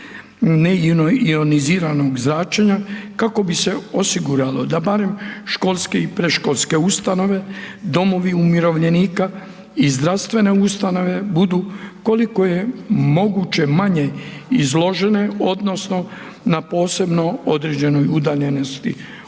neioniziranog zračenja kako bi se osiguralo da barem školske i predškolske ustanove, domovi umirovljenika i zdravstvene ustanove budu koliko je moguće manje izložene odnosno na posebno određenoj udaljenosti